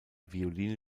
violine